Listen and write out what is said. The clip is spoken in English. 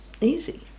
easy